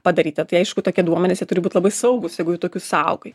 padaryta tai aišku tokie duomenys jie turi būt labai saugūs jeigu tokius saugai